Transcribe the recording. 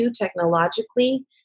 technologically